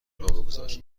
بگذار